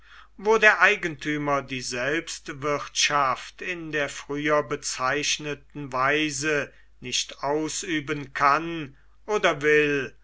wo der eigentümer die selbstwirtschaft in der früher bezeichneten weise nicht ausüben kann oder will